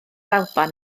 alban